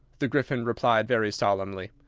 the gryphon replied very solemnly.